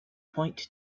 point